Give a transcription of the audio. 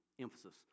emphasis